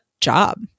job